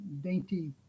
dainty